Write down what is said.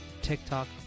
tiktok